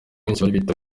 bitabiriye